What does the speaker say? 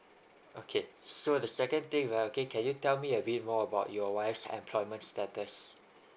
okay so the second thing right okay can you tell me a bit more about your wife's employment status